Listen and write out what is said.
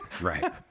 Right